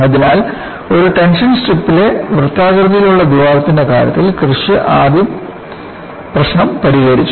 അതിനാൽ ഒരു ടെൻഷൻ സ്ട്രിപ്പിലെ വൃത്താകൃതിയിലുള്ള ദ്വാരത്തിന്റെ കാര്യത്തിൽ കിർഷ് ആദ്യ പ്രശ്നം പരിഹരിച്ചു